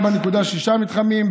4.6 מתחמים,